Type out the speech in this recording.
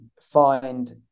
find